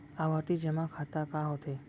आवर्ती जेमा खाता का होथे?